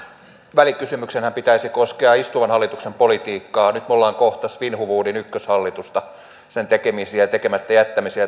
välikysymyksenhän pitäisi koskea istuvan hallituksen politiikkaa nyt me olemme kohta täällä käsittelemässä svinhufvudin ykköshallitusta sen tekemisiä ja tekemättä jättämisiä